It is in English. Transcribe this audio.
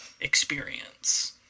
experience